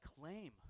claim